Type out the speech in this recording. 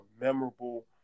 memorable